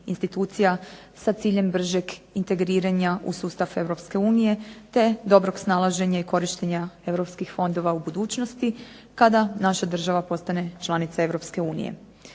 institucija, sa ciljem bržeg integriranja u sustav Europske unije, te dobrog snalaženja i korištenja europskih fondova u budućnosti, kada naša država postane članica